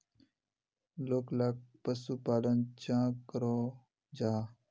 लोकला पशुपालन चाँ करो जाहा?